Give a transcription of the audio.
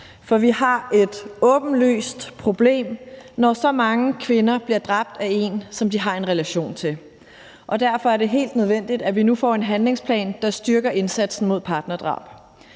for vi har et åbenlyst problem, når så mange kvinder bliver dræbt af en, som de har en relation til, og derfor er det helt nødvendigt, at vi nu får en handlingsplan, der styrker indsatsen mod partnerdrab.